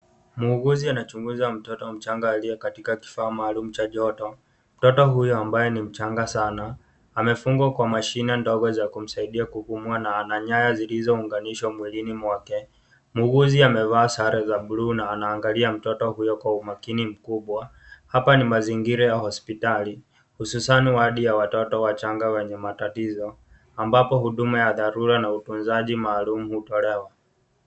Muuguzi anachunguza mtoto mchanga aliye katika kifaaa maalum cha joto. Mtoto huyo ambaye ni mchanga sana amefungwa kwa mashine ndogo za kumsaidia kupumua na ana nyaya zilizounganishwa mwilini mwake. Muuguzi amevaa sare ya buluu na anaangalia mtoto huyo kwa umakini kubwa. Hapa ni mazingira ya hospitali hususan wadi ya watoto wachanga wenye matatizo ambapo huduma ya dharura na utunzaji maalum hutolewa.